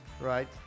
Right